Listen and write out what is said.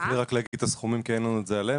אם תוכלי רק להגיד את הסכומים כי אין את זה עלינו,